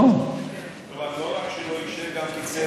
לא אישר.